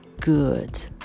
good